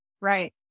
Right